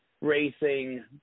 racing